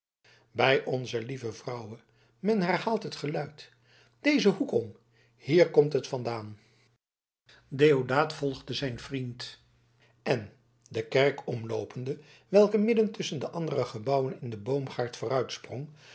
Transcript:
bij onze lieve vrouwe men herhaalt het geluid dezen hoek om hier komt het vandaan deodaat volgde zijn vriend en de kerk omloopende welke midden tusschen de andere gebouwen in den boomgaard